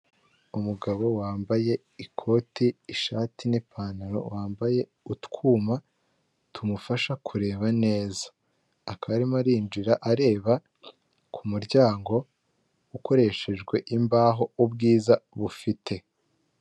Umugabo wambaye ikoti, ishati n'ipantalo, wambaye utwuma tumufasha kureba neza, akaba arimo arinjira areba ku muryango ukoreshejwe imbaho ubwiza bufite.